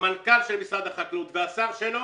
המנכ"ל של משרד החקלאות והשר שלו,